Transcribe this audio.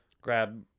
grab